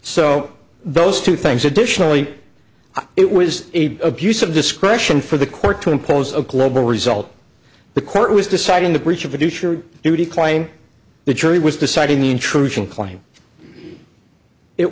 so those two things additionally it was abuse of discretion for the court to impose a global result the court was deciding the breach of a douche or decline the jury was deciding the intrusion claim it